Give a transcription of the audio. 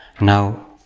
now